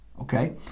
okay